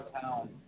town